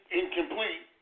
incomplete